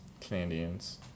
Canadians